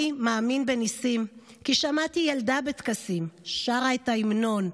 // אני מאמין בניסים / כי שמעתי ילדה בטקסים / שרה את ההמנון.